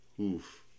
Oof